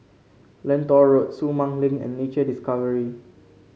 Lentor Road Sumang Link and Nature Discovery